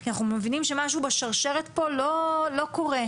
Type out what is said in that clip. כי אנחנו מבינים שמשהו בשרשרת פה לא קורה.